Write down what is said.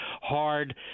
hard